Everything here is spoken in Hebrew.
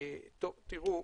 תראו,